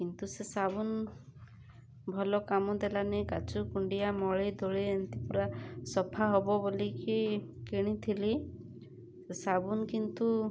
କିନ୍ତୁ ସେ ସାବୁନ୍ ଭଲ କାମ ଦେଲାନି କାଛୁକୁଣ୍ଡିଆ ମଳିଧୂଳି ଏମିତି ପୁରା ସଫା ହେବ ବୋଲିକି କିଣିଥିଲି ସାବୁନ୍ କିନ୍ତୁ